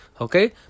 okay